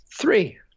three